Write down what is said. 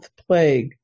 plague